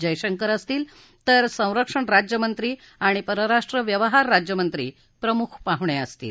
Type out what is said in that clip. जयशंकर असतील तर संरक्षण राज्यमंत्री आणि परराष्ट्र व्यवहार राज्यमंत्री प्रमुख पाहुणे असतील